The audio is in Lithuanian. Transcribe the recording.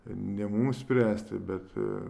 ne mum spręsti bet